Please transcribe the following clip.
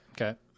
Okay